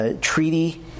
treaty